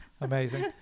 amazing